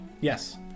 Yes